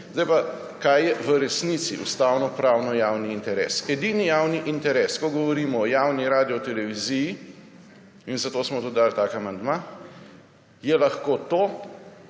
interes. Kaj je v resnici ustavnopravno javni interes? Edini javni interes, ko govorimo o javni radioteleviziji, zato smo tudi dali tak amandma, je lahko to,